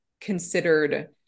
considered